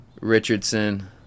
Richardson